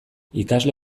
ikasle